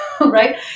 right